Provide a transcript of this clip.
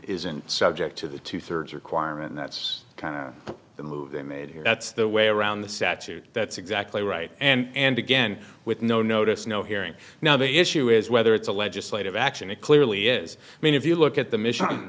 isn't subject to the two thirds requirement that's kind of the move they made here that's the way around the statute that's exactly right and again with no notice no hearing now the issue is whether it's a legislative action it clearly is i mean if you look at the mi